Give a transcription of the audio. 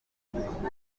bunyuranye